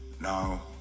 Now